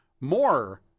more